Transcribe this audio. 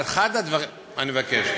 אני מבקש.